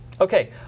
Okay